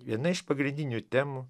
viena iš pagrindinių temų